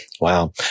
Wow